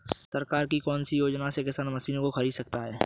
सरकार की कौन सी योजना से किसान मशीनों को खरीद सकता है?